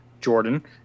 Jordan